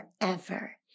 forever